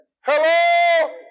Hello